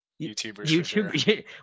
youtubers